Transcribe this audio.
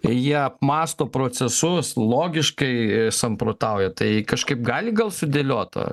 jie apmąsto procesus logiškai samprotauja tai kažkaip gali gal sudėliot tą